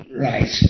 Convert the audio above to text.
Right